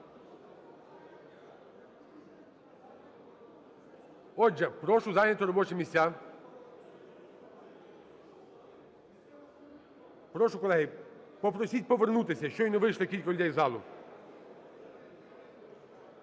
Отже, прошу зайняти робочі місця. Прошу, колеги, попросіть повернутися, щойно вийшли кілька людей із залу.